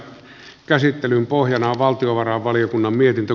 käsittelyn pohjana on valtiovarainvaliokunnan mietintö